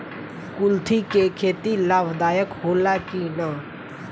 कुलथी के खेती लाभदायक होला कि न?